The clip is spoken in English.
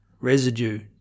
residue